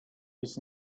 his